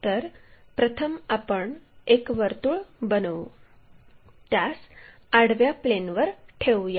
तर प्रथम आपण एक वर्तुळ बनवू त्यास आडव्या प्लेनवर ठेवूया